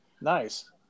Nice